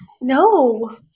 No